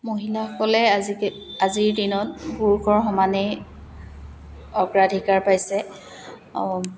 মহিলাসকলে আজি আজিৰ দিনত পুৰুষৰ সমানেই অগ্ৰাধিকাৰ পাইছে